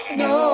no